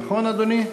נכון, אדוני?